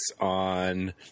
on